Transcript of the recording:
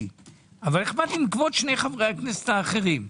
אבל אכפת לי מכבוד שני חברי הכנסת האחרים.